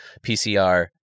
PCR